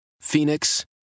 Phoenix